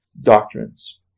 doctrines